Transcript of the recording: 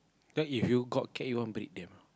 then if you got cat you want breed them ah